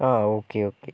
ആ okay okay